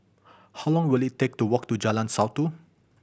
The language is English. how long will it take to walk to Jalan Satu